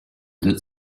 that